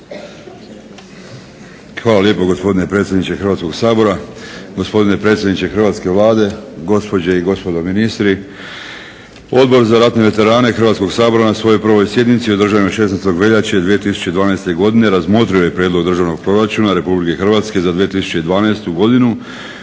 sabora. Gospodine predsjedniče hrvatske Vlade, gospođe i gospodo ministri. Odbor za ratne veterane Hrvatskog sabora na svojoj 1. sjednici održanoj 16. veljače 2012. godine razmotrio je Prijedlog Državnog proračuna RH za 2012.godinu